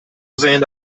gesehen